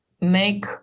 make